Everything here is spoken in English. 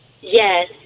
Yes